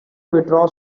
withdraw